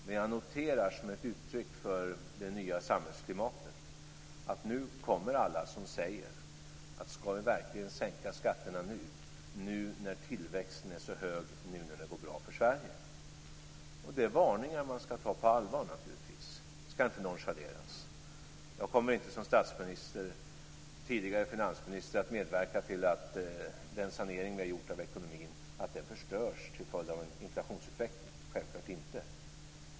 Men jag noterar som ett uttryck för det nya samhällsklimatet att nu kommer de som säger: Skall vi verkligen sänka skatterna nu, nu när tillväxten är så hög, nu när det går bra för Sverige? Det är varningar som man naturligtvis skall ta på allvar. De skall inte nonchaleras. Jag kommer självfallet inte som statsminister och tidigare finansminister att medverka till att den sanering som vi har gjort av ekonomin förstörs till följd av en inflationsutveckling.